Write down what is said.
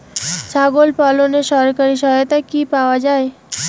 ছাগল পালনে সরকারি সহায়তা কি পাওয়া যায়?